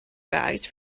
bags